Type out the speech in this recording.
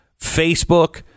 facebook